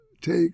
take